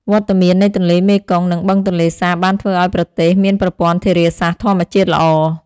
វត្តមាននៃទន្លេមេគង្គ និងបឹងទន្លេសាបបានធ្វើឱ្យប្រទេសមានប្រព័ន្ធធារាសាស្ត្រធម្មជាតិល្អ។